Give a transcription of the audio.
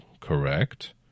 correct